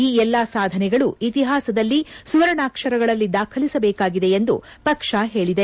ಈ ಎಲ್ಲಾ ಸಾಧನೆಗಳು ಇತಿಹಾಸದಲ್ಲಿ ಸುವರ್ಣಾಕ್ಷರಗಳಲ್ಲಿ ದಾಖಲಿಸಬೇಕಾಗಿದೆ ಎಂದು ಪಕ್ಷ ಹೇಳಿದೆ